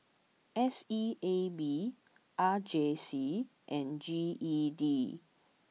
S E A B R J C and G E D